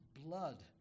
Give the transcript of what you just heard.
blood